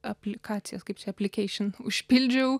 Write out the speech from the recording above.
aplikacijas kaip čia aplikeišin užpildžiau